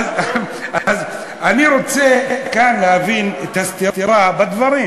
אז אני רוצה כאן להבין את הסתירה בדברים.